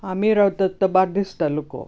आमी रावतात तो बार्देस तालुको